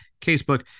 casebook